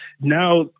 now